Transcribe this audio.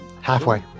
Halfway